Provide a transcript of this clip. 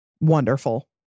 Wonderful